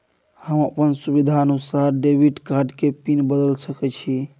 हम अपन सुविधानुसार डेबिट कार्ड के पिन बदल सके छि?